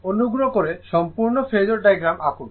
অনুগ্রহ করে সম্পূর্ণ ফেজোর ডায়াগ্রাম আঁকুন আমি এর জন্য আঁকিনি